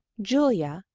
julia.